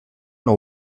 know